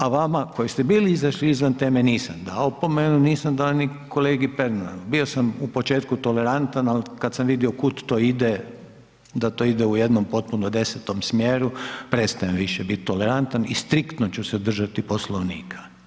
A vama koji ste bili izašli izvan teme, nisam dao opomenu, nisam dao ni kolegi Pernaru, bio sam u početku tolerantan, ali kad sam vidio kud to ide, da to ide u jednome potpuno desetome smjeru prestajem više biti tolerantan i striktno ću se držati Poslovnika.